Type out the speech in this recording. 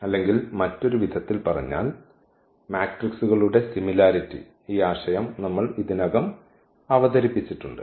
അല്ലെങ്കിൽ മറ്റൊരു വിധത്തിൽ പറഞ്ഞാൽ മാട്രിക്സുകളുടെ സിമിലാരിറ്റി ഈ ആശയം നമ്മൾ ഇതിനകം അവതരിപ്പിച്ചിട്ടുണ്ട്